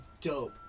dope